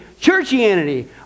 churchianity